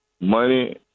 money